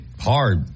hard